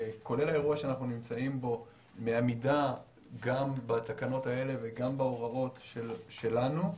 כולל האירוע שאנחנו בו מעמידה גם בתקנות האלה וגם בהוראות שלנו.